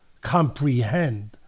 comprehend